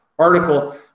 article